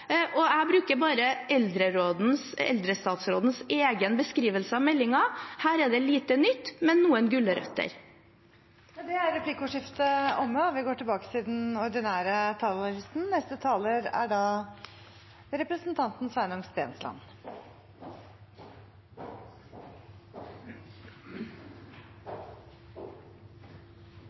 Jeg bruker bare eldrestatsrådens egen beskrivelse av meldingen. Her er det lite nytt, men noen gulrøtter. Replikkordskiftet er omme.